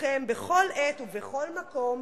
אתכם בכל עת ובכל מקום,